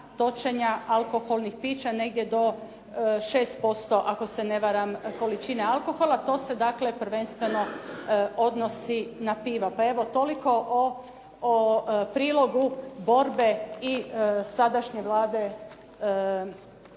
točenje alkoholnih pića negdje do 6%, ako se ne varam, količine alkohola. To se dakle prvenstveno odnosi na piva. Pa evo toliko o prilogu borbe i sadašnje Vlade,